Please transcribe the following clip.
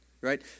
right